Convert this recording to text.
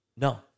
No